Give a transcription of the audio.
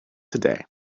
today